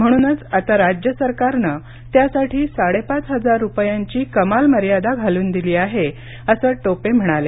म्हणूनच आता राज्य सरकारनं त्यासाठी साडेपाच हजार रुपयांची कमाल मर्यादा घालून दिली आहे असं टोपे म्हणाले